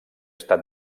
estat